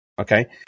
Okay